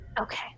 Okay